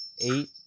eight